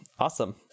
awesome